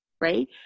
right